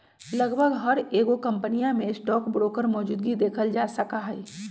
लगभग हर एगो कम्पनीया में स्टाक ब्रोकर मौजूदगी देखल जा सका हई